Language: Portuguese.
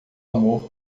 amor